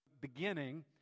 beginning